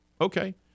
okay